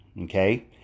okay